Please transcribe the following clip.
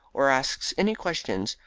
or asks any questions,